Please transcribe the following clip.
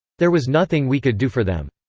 there was nothing we could do for them.